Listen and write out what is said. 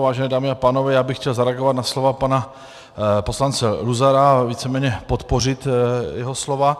Vážené dámy a pánové, já bych chtěl zareagovat na slova pana poslance Luzara a víceméně podpořit jeho slova.